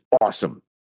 Awesome